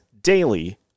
daily